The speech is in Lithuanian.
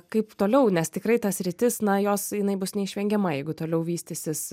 kaip toliau nes tikrai ta sritis na jos jinai bus neišvengiama jeigu toliau vystysis